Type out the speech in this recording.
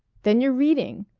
then you're reading.